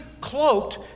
cloaked